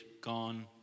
gone